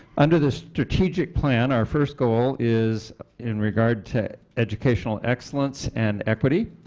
under the strategic plan our first goal is in regards to educational excellence, and equity.